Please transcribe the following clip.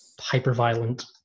hyper-violent